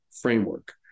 framework